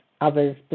others